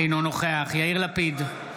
אינו נוכח יאיר לפיד,